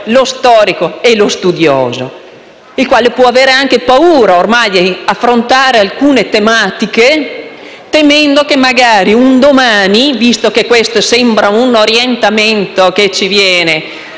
lo storico e lo studioso, i quali possono ormai anche avere paura di affrontare alcune tematiche. Il timore è che magari un domani, visto che questo sembra un orientamento che ci viene